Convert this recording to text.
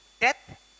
death